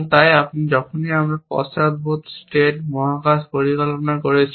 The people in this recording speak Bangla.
তাই যখন আমরা পশ্চাদপদ স্টেট মহাকাশ পরিকল্পনা করেছি